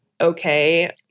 okay